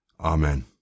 Amen